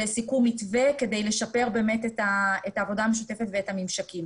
לסיכום מתווה כדי לשפר את העבודה המשותפת ואת הממשקים.